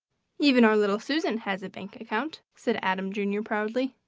even our little susan has a bank account, said adam, jr, proudly.